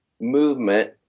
movement